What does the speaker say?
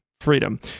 freedom